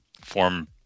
form